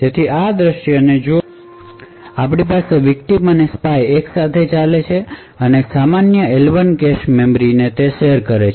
તેથી આ દૃશ્યને જોતા આપણી પાસે વિકટીમ અને સ્પાય એક સાથે ચાલે છે અને સામાન્ય L1 કેશ મેમરી ને શેર કરે છે